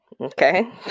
Okay